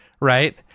right